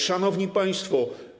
Szanowni Państwo!